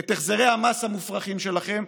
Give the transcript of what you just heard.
את החזרי המס המופרכים שלכם,